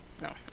No